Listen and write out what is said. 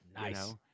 Nice